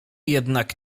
jednak